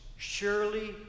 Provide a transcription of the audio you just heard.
Surely